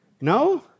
No